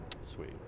sweet